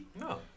No